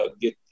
get